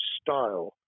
style